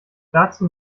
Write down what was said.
dazu